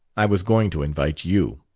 i was going to invite you.